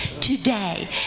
today